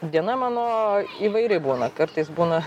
diena mano įvairi būna kartais būna